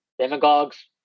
demagogues